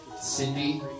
Cindy